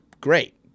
great